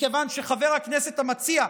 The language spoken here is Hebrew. מכיוון שחבר הכנסת המציע,